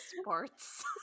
sports